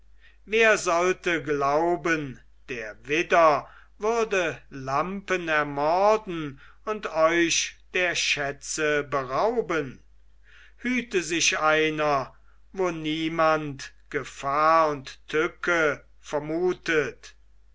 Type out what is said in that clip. wer sollte glauben der widder würde lampen ermorden und euch der schätze berauben hüte sich einer wo niemand gefahr und tücke vermutet